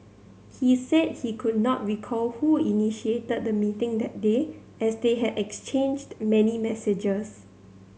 he said he could not recall who initiated the meeting that day as they had exchanged many messages